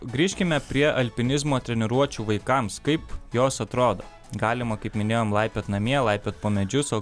grįžkime prie alpinizmo treniruočių vaikams kaip jos atrodo galima kaip minėjom laipioti namie laipiot po medžius o